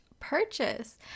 purchase